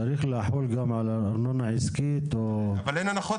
צריך לחול גם על ארנונה עסקית --- אבל אין הנחות